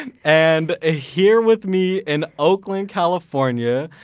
and and ah here with me in oakland, california,